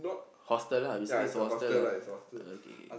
hostel lah basically it's a hostel lah okay K